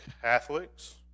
Catholics